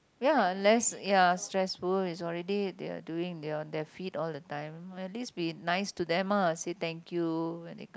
ya unless ya stressful is already their doing their on their feet all the time at least be nice to them lah say thank you when they come